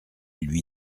lui